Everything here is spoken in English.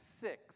six